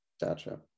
Gotcha